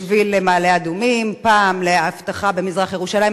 לשביל למעלה-אדומים, פעם לאבטחה למזרח-ירושלים.